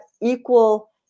equal